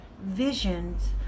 visions